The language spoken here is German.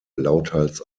lauthals